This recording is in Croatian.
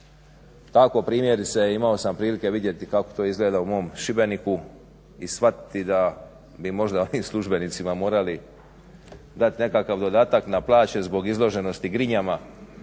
Tako primjerice imao sam prilike vidjeti kako to izgleda u mom Šibeniku i shvatiti da bi možda onim službenicima morali dati nekakav dodatak na plaće zbog izloženosti grinjama